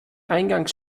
eingangs